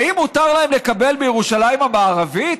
האם מותר להם לקבל בירושלים המערבית?